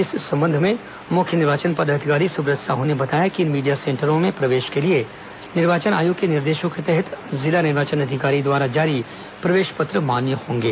इससंबंध में मुख्य निर्वाचन पदाधिकारी सुब्रत साहू ने बताया कि इन मीडियो सेंटरो में प्रवेश के लिए निर्वाचन आयोग के निर्देशो के तहत जिला निर्वाचन अधिकारी द्वारा जारी प्रवेश पत्र मान्य होंगे